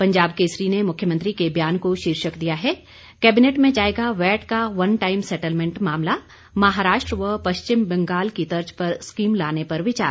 पंजाब केसरी ने मुख्यमंत्री के बयान को शीर्षक दिया है कैबिनेट में जाएगा वैट का वन टाइम सैटलमेंट मामला महाराष्ट्र व पश्चिमी बंगाल की तर्ज पर स्कीम लाने पर विचार